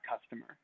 customer